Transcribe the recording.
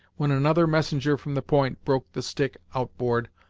when another messenger from the point broke the stick out-board,